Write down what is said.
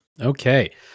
Okay